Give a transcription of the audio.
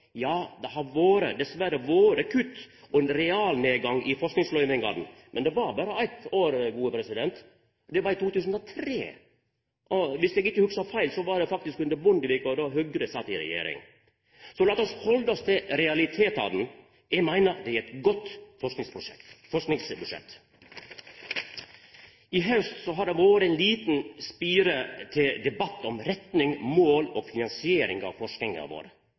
Det har dessverre vore kutt og ein realnedgang i forskingsløyvingane, men det var berre eitt år, i 2003. Om eg ikkje hugsar feil, var det faktisk under Bondevik II, då Høgre sat i regjering. Så lat oss halda oss til realitetane. Eg meiner det er eit godt forskingsbudsjett. I haust har det vore ei lita spire til debatt om retning, mål og finansiering av forskinga